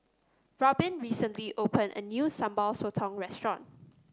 Robyn recently opened a new Sambal Sotong restaurant